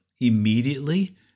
immediately